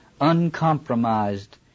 uncompromised